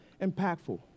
impactful